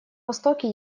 востоке